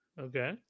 okay